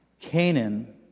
Canaan